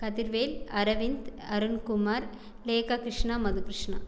Kathirvel Aravind Arunkumar Lekhakrishna Madhukrishna